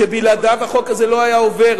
שבלעדיו החוק הזה לא היה עובר,